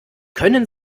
können